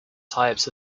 types